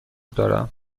دارم